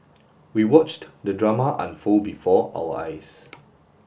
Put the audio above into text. we watched the drama unfold before our eyes